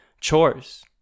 chores